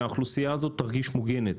שהאוכלוסייה הזאת תרגיש מוגנת.